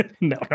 No